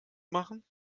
machen